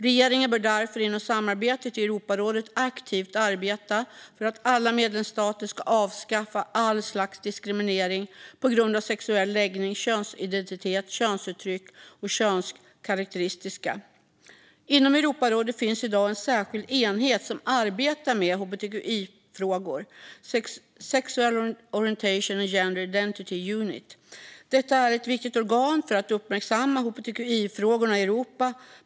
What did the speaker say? Regeringen bör därför inom samarbetet i Europarådet aktivt arbeta för att alla medlemsstater ska avskaffa all slags diskriminering på grund av sexuell läggning, könsidentitet, könsuttryck och könskarakteristikum. Inom Europarådet finns i dag en särskild enhet som arbetar med hbtqifrågor, Sexual Orientation and Gender Identity Unit. Detta är ett viktigt organ för att uppmärksamma hbtqi-frågorna i Europa.